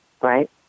Right